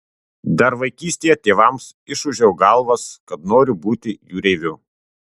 dar vaikystėje tėvams išūžiau galvas kad noriu būti jūreiviu